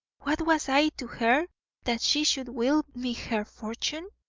what was i to her that she should will me her fortune?